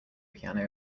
piano